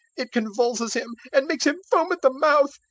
it convulses him, and makes him foam at the mouth,